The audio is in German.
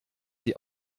die